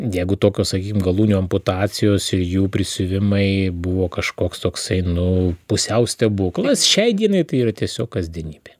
jeigu tokios sakykim galūnių amputacijos ir jų prisiuvimai buvo kažkoks toksai nu pusiau stebuklas šiai dienai tai yra tiesiog kasdienybė